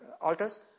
altars